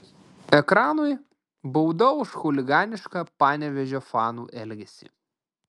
ekranui bauda už chuliganišką panevėžio fanų elgesį